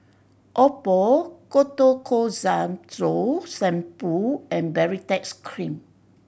Oppo Ketoconazole Shampoo and Baritex Cream